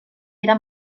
era